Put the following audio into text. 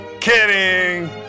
Kidding